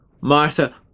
Martha